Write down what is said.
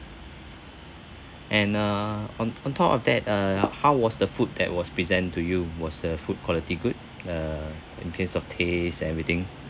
and uh on on top of that uh how was the food that was present to you was the food quality good uh in case of taste and everything